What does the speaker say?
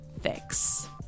fix